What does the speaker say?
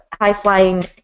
high-flying